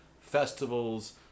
festivals